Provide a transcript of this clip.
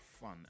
fun